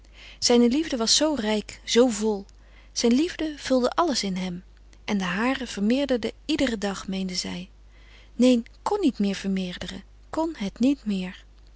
zijne liefde was zoo rijk zoo vol zijn liefde vulde alles in hem en de hare vermeerderde iederen dag meende zij neen kon niet meer vermeerderen kon het niet meer